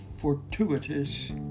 fortuitous